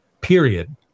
period